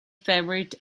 favorite